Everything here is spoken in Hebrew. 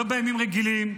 לא בימים רגילים,